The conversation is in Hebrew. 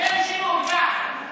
אין שינוי, אין שינוי, עובדה.